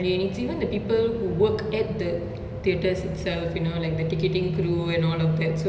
a lot of people actually own theatres there so they definitely would have experienced losses also so